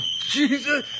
Jesus